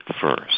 first